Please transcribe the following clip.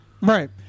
Right